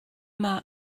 mae